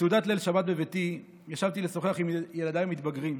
בסעודת ליל שבת בביתי ישבתי לשוחח עם ילדיי המתבגרים,